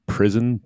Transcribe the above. Prison